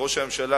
ראש הממשלה,